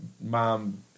mom